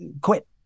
quit